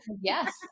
yes